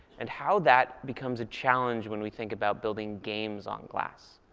and how that becomes a challenge when we think about building games on glass.